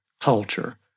culture